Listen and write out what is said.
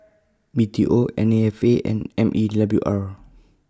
B T O N A F A and M E W R